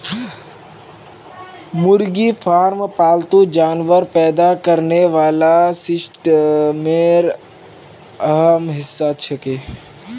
मुर्गी फार्म पालतू जानवर पैदा करने वाला सिस्टमेर अहम हिस्सा छिके